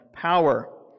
power